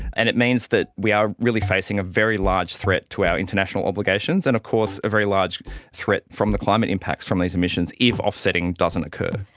and it means that we are really facing a large threat to our international obligations and, of course, a very large threat from the climate impact from these emissions if offsetting doesn't occur.